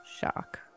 shock